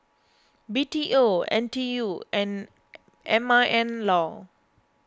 B T O N T U and M I N Law